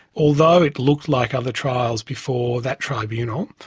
although it looked like other trials before that tribunal,